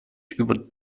über